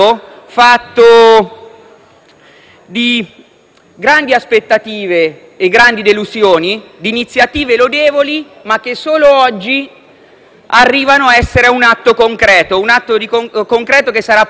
di grandi aspettative e grandi delusioni, di iniziative lodevoli, che però solo oggi arrivano ad essere un atto concreto, che sarà approvato da quest'Assemblea.